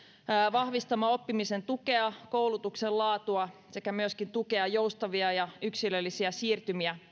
vahvistaa oppimisen tukea koulutuksen laatua sekä myöskin tukea joustavia ja yksilöllisiä siirtymiä